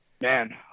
Man